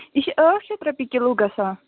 یہِ چھِ ٲٹھ شیٚتھ رۄپیہِ کِلوٗ گژھان